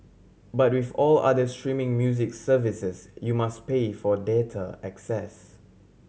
but with all other streaming music services you must pay for data access